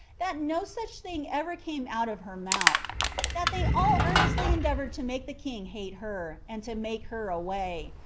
that no such thing ever came out of her mouth that they all earnestly endeavored to make the king hate her, and to make her away,